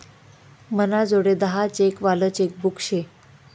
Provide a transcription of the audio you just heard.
मनाजोडे दहा चेक वालं चेकबुक शे